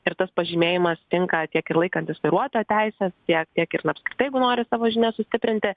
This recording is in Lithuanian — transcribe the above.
ir tas pažymėjimas tinka tiek ir laikantis vairuotojo teises tiek tiek ir apskritai jeigu nori savo žinias sustiprinti